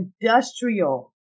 industrial